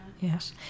yes